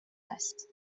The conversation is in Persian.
هست